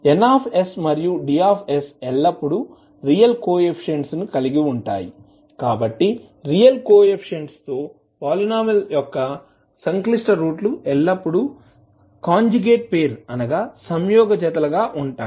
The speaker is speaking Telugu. N మరియు D ఎల్లప్పుడూ రియల్ కోఎఫిసిఎంట్స్ ను కలిగి ఉంటాయి కాబట్టి రియల్ కోఎఫిసిఎంట్స్ తో పాలీనోమిల్ యొక్క సంక్లిష్ట రూట్ లు ఎల్లప్పుడూ సంయోగ జతల లో ఉంటాయి